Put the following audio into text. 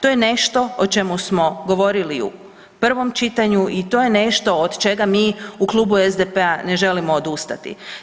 To je nešto o čemu smo govorili u prvom čitanju i to je nešto od čega mi u Klubu SDP-a ne želimo odustati.